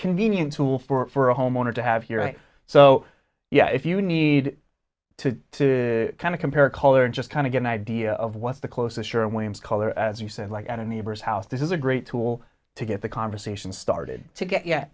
convenient tool for a homeowner to have your way so yeah if you need to kind of compare color and just kind of get an idea of what's the closest you're a williams color as you said like at a neighbor's house this is a great tool to get the conversation started to get ye